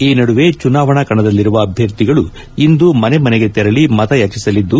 ಈ ನಡುವೆ ಚುನಾವಣಾ ಕಣದಲ್ಲಿರುವ ಅಭ್ಯರ್ಥಿಗಳು ಇಂದು ಮನೆ ಮನೆಗೆ ತೆರಳಿ ಮತಯಾಚಿಸಲಿದ್ದು